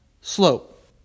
slope